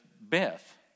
Beth